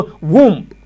womb